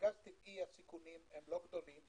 בגז טבעי הסיכונים אינם גדולים,